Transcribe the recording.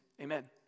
Amen